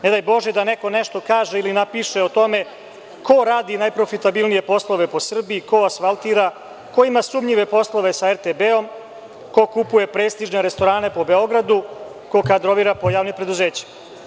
Ne daj Bože da neko nešto kaže ili napiše o tome ko radi najprofitalnije poslove u Srbiji, ko asfaltira, ko ima sumnjive poslove sa RTB-om, ko kupuje prestižne restorane po Beogradu, ko kadrovira po javnim preduzećem.